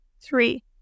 three